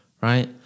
right